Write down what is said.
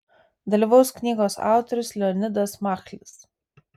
dalyvaus knygos autorius leonidas machlis